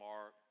Mark